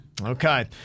Okay